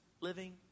living